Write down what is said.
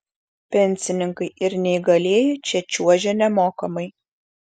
pensininkai ir neįgalieji čia čiuožia nemokamai